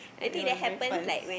it was very fun